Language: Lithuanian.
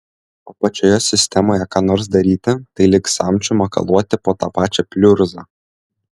o pačioje sistemoje ką nors daryti tai lyg samčiu makaluoti po tą pačią pliurzą